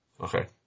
Okay